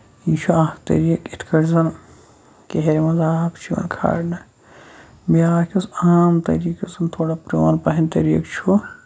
یہِ چھُ اکھ طریٖقہٕ یِتھۍ کٲٹھۍ زَن کیہرِ منٛز آب چھُ کھالنہٕ بیاکھ یُس عام طریٖقہٕ یُس زَن تھوڑا پرون پَہم طریٖقہٕ چھُ